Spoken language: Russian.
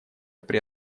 при